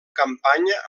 campanya